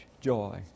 joy